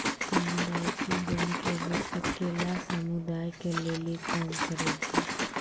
समुदायिक बैंक एगो अकेल्ला समुदाय के लेली काम करै छै